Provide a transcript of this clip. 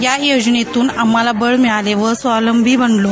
या योजनेतून आम्हाला बळ मिळाले व स्ववलंबी बनलो